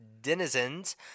denizens